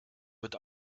wird